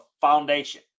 foundation